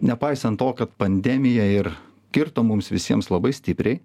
nepaisant to kad pandemija ir kirto mums visiems labai stipriai